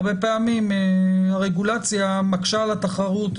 הרבה פעמים הרגולציה מקשה על התחרות,